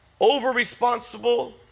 over-responsible